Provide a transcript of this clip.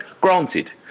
Granted